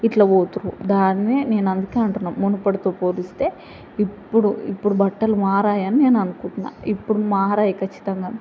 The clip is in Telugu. ఇట్లా పోతుర్రు దాన్నే నేను అందుకే అంటున్నా మునుపటితో పోలిస్తే ఇప్పుడు ఇప్పుడు బట్టలు మారాయని నేను అనుకుంటున్నాను ఇప్పుడు మారాయి ఖచ్చితంగా